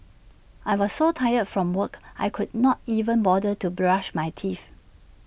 I was so tired from work I could not even bother to brush my teeth